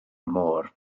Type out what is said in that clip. môr